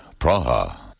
Praha